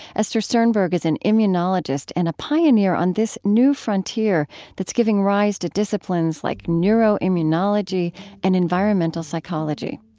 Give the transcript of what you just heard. esther sternberg is an immunologist and a pioneer on this new frontier that's giving rise to disciplines like neuroimmunology and environmental psychology.